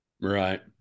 Right